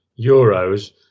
euros